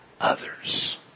others